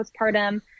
postpartum